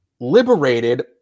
liberated